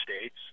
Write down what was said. states